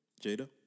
Jada